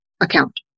account